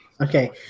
Okay